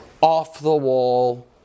off-the-wall